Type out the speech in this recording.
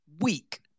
week